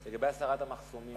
לגבי הסרת המחסומים.